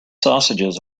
sausages